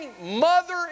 mother